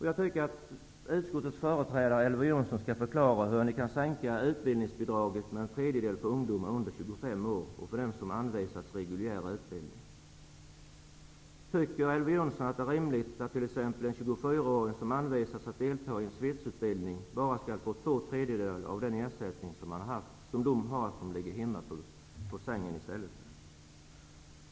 Jag tycker att utskottets företrädare Elver Jonsson skall förklara för mig hur ni kan sänka utbildningsbidragen med en tredjedel för ungdomar under 25 år och för dem som anvisas reguljär utbildning. Tycker Elver Jonsson att det är rimligt att t.ex. en 24-åring som anvisas att delta i en svetsutbildning bara skall få två tredjedeler av den ersättning som den som i stället ligger hemma i sängen har?